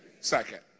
second